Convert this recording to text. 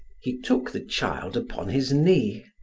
he took the child upon his knee.